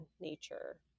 nature